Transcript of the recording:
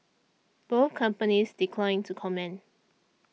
both companies declined to comment